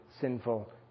sinful